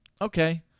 Okay